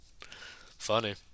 Funny